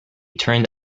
turned